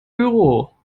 büro